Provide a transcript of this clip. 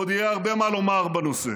עוד יהיה הרבה מה לומר בנושא,